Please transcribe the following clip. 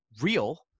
real